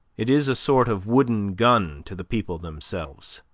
it is a sort of wooden gun to the people themselves.